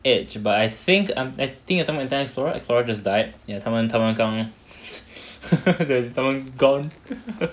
edge but I think I think you're talking about Internet Explorer just died ya 他们他们刚他们 gone